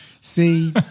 see